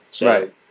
Right